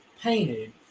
painted